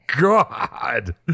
God